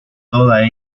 toda